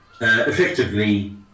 effectively